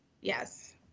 Yes